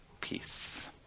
peace